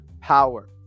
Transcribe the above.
power